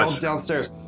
downstairs